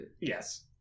Yes